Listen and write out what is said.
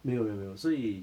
没有没有没有所以